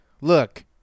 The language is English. look